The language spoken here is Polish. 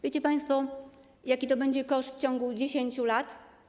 Wiecie państwo, jaki to będzie koszt w ciągu 10 lat?